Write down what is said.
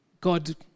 God